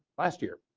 last year.